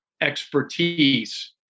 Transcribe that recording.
expertise